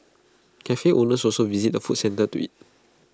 Cafe owners also visit the food centre to eat